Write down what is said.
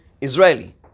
Israeli